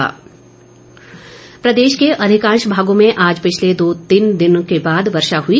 मौसम प्रदेश के अधिकांश भागों में आज पिछले दो तीन दिन बाद वर्षा हुई